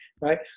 right